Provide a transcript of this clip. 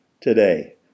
today